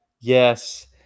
Yes